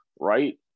right